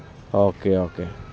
okay okay